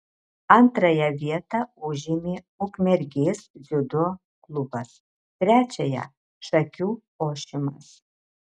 antrąją vietą užėmė ukmergės dziudo klubas trečiąją šakių ošimas